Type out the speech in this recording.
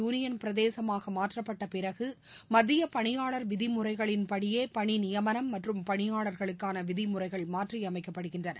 union பிரதேசமாகமாற்றப்பட்டப்பிறகு கஷ்மீர் மத்தியபணியாளர் ஜம்மு விதிமுறைகளின்படியேபணிநியமனம் மற்றும் பணியாளர்களுக்கானவிதிமுறைகள் மாற்றியமைக்கப்படுகின்றன